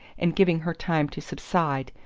and giving her time to subside,